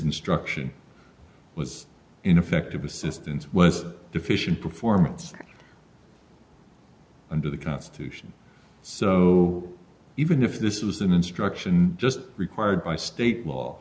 instruction was ineffective assistance was deficient performance under the constitution so even if this was an instruction just required by state law